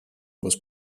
was